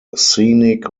scenic